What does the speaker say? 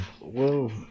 Whoa